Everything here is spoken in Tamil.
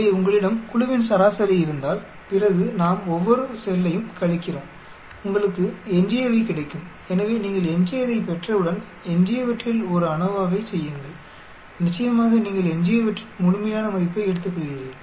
எனவே உங்களிடம் குழுவின் சராசரி இருந்தால் பிறகு நாம் ஒவ்வொரு செல்லையும் கழிக்கிறோம் உங்களுக்கு எஞ்சியவை கிடைக்கும் எனவே நீங்கள் எஞ்சியதைப் பெற்றவுடன் எஞ்சியவற்றில் ஒரு ANOVA ஐச் செய்யுங்கள் நிச்சயமாக நீங்கள் எஞ்சியவற்றின் முழுமையான மதிப்பை எடுத்துக்கொள்கிறீர்கள்